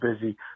busy